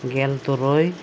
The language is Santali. ᱜᱮᱞ ᱛᱩᱨᱩᱭ